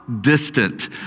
Distant